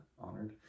honored